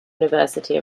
university